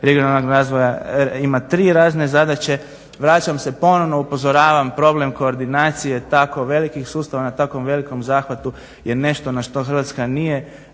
regionalnog razvoja ima 3 razne zadaće. Vraćam se, ponovo upozoravam problem koordinacije tako velikih sustava na tako velikom zahvatu je nešto na što Hrvatska nije